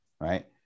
Right